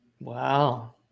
Wow